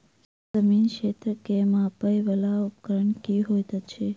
जमीन क्षेत्र केँ मापय वला उपकरण की होइत अछि?